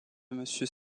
monsieur